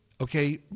okay